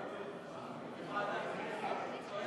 נתקבלה.